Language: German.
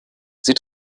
sie